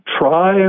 try